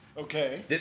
Okay